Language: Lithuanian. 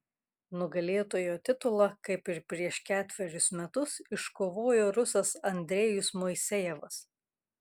nugalėtojo titulą kaip ir prieš ketverius metus iškovojo rusas andrejus moisejevas